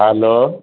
hello